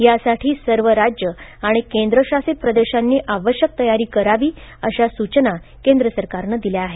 यासाठी सर्व राज्य आणि केंद्र शासित प्रदेशांनी आवश्यक तयारी करावी अशा सूचना केंद्र सरकारनं दिल्या आहेत